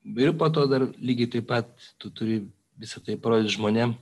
ir po to dar lygiai taip pat tu turi visa tai parodyt žmonėm